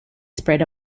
spread